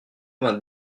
vingt